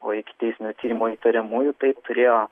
o ikiteisminio tyrimo įtariamųjų tai turėjo